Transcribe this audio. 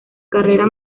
carrera